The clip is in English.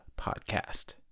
Podcast